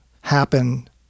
happen